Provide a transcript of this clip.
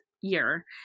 year